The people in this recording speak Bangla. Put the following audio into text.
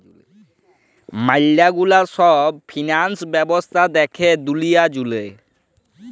ম্যালা গুলা সব ফিন্যান্স ব্যবস্থা দ্যাখে দুলিয়া জুড়ে